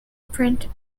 print